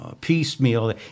piecemeal